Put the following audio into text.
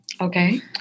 Okay